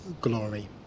glory